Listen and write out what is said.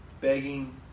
begging